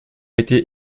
été